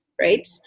right